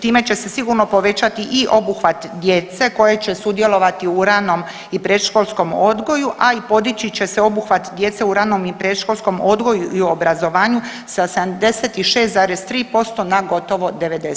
Time će se sigurno povećati i obuhvat djece koje će sudjelovati u ranom i predškolskom odgoju, a i podići će se obuhvat djece u ranom i predškolskom odgoju i obrazovanju sa 76,3% na gotovo 90%